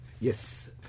Yes